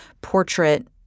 portrait